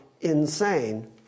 insane